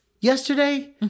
yesterday